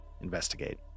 investigate